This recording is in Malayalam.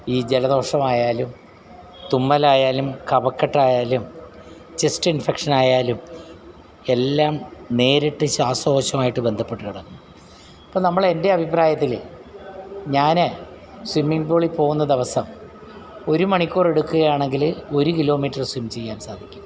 ഈ ജലദോഷമായാലും തുമ്മലായാലും കഫകെട്ടായാലും ചെസ്റ്റ് ഇൻഫെക്ഷനായാലും എല്ലാം നേരിട്ട് ശ്വാസകോശവുമായിട്ട് ബന്ധപ്പെട്ടു കിടക്കുന്നു അപ്പം നമ്മൾ എൻ്റെ അഭിപ്രായത്തിൽ ഞാൻ സ്വിമ്മിങ് പൂളിൽപ്പോവുന്ന ദിവസം ഒരു മണിക്കൂറെടുക്കുകയാണെങ്കിൽ ഒരു കിലോമീറ്ററ് സ്വിം ചെയ്യാൻ സാധിക്കും